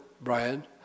Brian